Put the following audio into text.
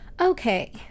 Okay